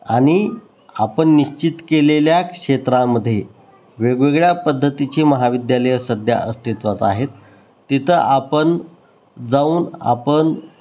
आणि आपण निश्चित केलेल्या क्षेत्रामध्ये वेगवेगळ्या पद्धतीची महाविद्यालयं सध्या अस्तित्वात आहेत तिथं आपण जाऊन आपण